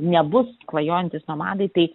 nebus klajojantys nomadai tai